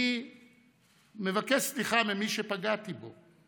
אני מבקש סליחה ממי שפגעתי בו,